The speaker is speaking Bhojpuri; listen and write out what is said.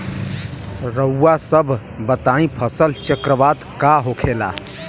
रउआ सभ बताई फसल चक्रवात का होखेला?